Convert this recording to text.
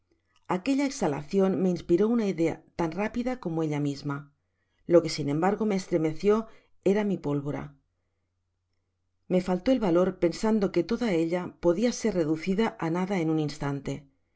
aquella exhalacion me inspiró una idea tan rápida como ella misma lo que sin embargo me estremeció era mi pólvora me faltó el valor pensando que toda ella podia ser reducida á nada en un instante esto